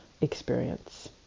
experience